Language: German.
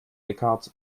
eckhart